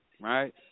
Right